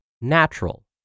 natural